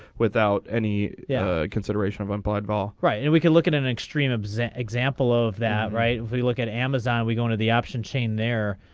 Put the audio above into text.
without any. yeah consideration of implied vol right and we can look at an extreme observe example of that right we look at amazon we going to the option chain there.